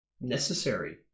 necessary